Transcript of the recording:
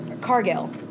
Cargill